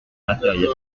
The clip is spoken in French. matériels